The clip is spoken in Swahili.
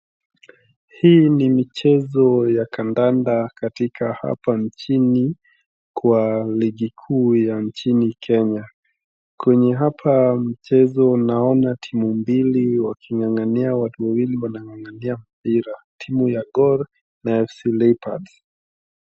Hii nii michezo ya kandanda katika hapa nchini kwa ligi kuu ya nchini Kenya. Kwenye hapa mchezo naona timu mbili waking'ang'ania watu wawili wanang'ang'ania mpira. Timu ya Gor na AFC Leopards.